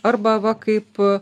arba va kaip